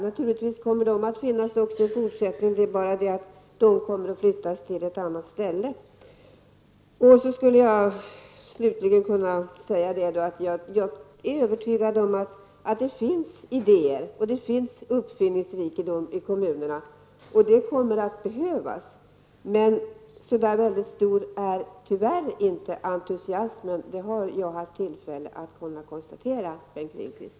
Naturligtvis kommer de att finnas även i fortsättningen, men de kommer att flyttas till ett annat ställe. Slutligen skulle jag vilja säga att jag är övertygad om att det finns idéer och uppfinningsrikedom i kommunerna, och det kommer att behövas. Men entusiasmen är tyvärr inte så väldigt stor, det har jag haft tillfälle att kunna konstatera, Bengt